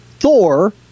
Thor